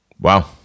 Wow